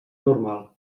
normal